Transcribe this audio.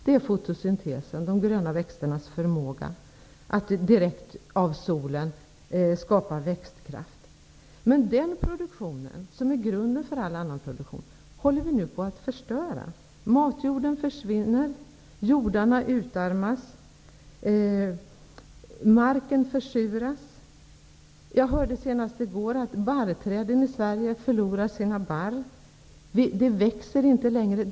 Det är fotosyntesen, de gröna växternas förmåga att direkt av solen skapa växtkraft. Men den produktionen, som är grunden för all annan produktion, håller vi nu på att förstöra. Matjorden försvinner, jordarna utarmas, marken försuras. Jag hörde senast i går att barrträden i Sverige förlorar sina barr. De växer inte längre.